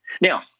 Now